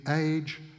age